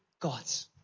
God's